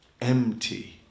empty